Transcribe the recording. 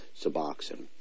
suboxone